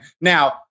Now